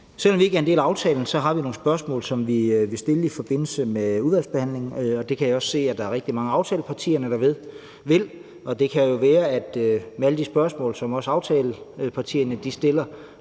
Selv om vi ikke er en del af aftalen, har vi nogle spørgsmål, som vi vil stille i forbindelse med udvalgsbehandlingen. Det kan jeg også se at der er rigtig mange af aftalepartierne der vil, og det kan jo være, at med alle de spørgsmål, som også aftalepartierne stiller,